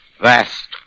vast